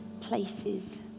places